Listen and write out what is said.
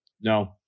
no